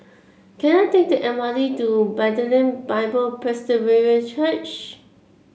can I take the M R T to Bethlehem Bible Presbyterian Church